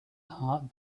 heart